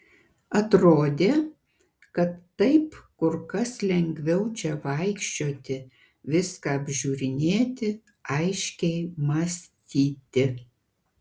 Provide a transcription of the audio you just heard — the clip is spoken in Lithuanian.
atrodė kad taip kur kas lengviau čia vaikščioti viską apžiūrinėti aiškiai mąstyti